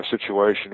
situation